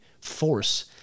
force